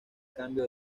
cambio